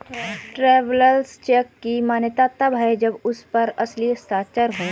travellers cheque की मान्यता तब है जब उस पर असली हस्ताक्षर हो